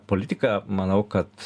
politika manau kad